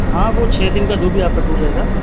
हाँ वो छः दिन का जो भी आपका टूर रहेगा